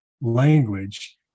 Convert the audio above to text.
language